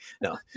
No